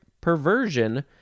perversion